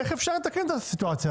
איך אפשר לתקן את הסיטואציה?